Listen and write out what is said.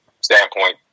standpoint